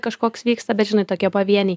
kažkoks vyksta bet žinai tokie pavieniai